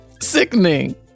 sickening